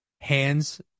hands